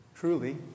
truly